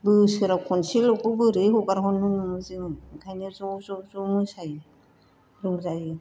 बोसोराव खनसेल'खौ बोरै हगारहरनो नङो जोङो बेनिखायनो ज' ज' मोसायो रंजायो